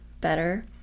better